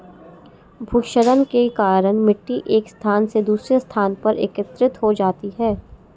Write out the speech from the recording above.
भूक्षरण के कारण मिटटी एक स्थान से दूसरे स्थान पर एकत्रित हो जाती है